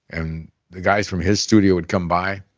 and the guys from his studio would come by,